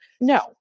No